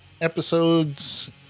episodes